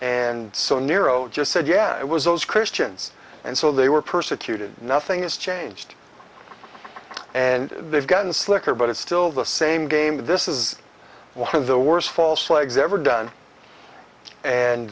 and so on nero just said yeah it was those christians and so they were persecuted nothing is changed and they've done slicker but it's still the same game this is one of the worst false flags ever done and